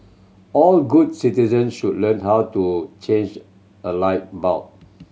all good citizen should learn how to change a light bulb